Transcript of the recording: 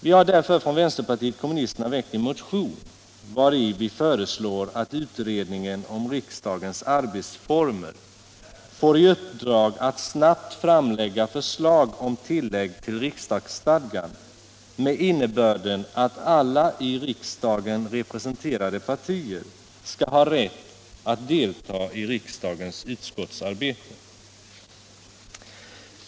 Vi har därför från vänsterpartiet kommunisterna väckt en motion, vari vi föreslår att utredningen om riksdagens arbetsformer får i uppdrag att ”snabbt framlägga förslag om ändring i riksdagsordningen med innebörden att alla i riksdagen representerade partier skall ha rätt att delta i riksdagens utskottsarbete”.